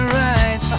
right